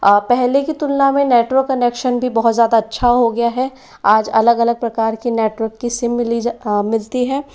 पहले की तुलना में नेटवर्क कनेक्शन भी बहुत ज़्यादा अच्छा हो गया है आज अलग अलग प्रकार की नेटवर्क की सिम मिली जा मिलती है